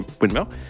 windmill